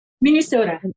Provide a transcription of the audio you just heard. Minnesota